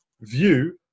view